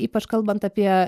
ypač kalbant apie